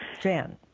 Jan